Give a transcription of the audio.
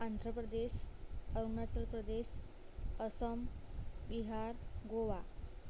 Andhra Pradesh Arunachal Pradesh Assam Bihar Goa